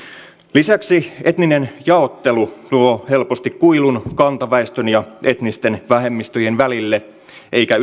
lisäksi etninen jaottelu luo helposti kuilun kantaväestön ja etnisten vähemmistöjen välille eikä